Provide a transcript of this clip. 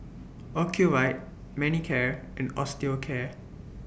Ocuvite Manicare and Osteocare